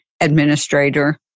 administrator